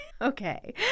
Okay